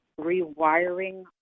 rewiring